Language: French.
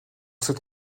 cette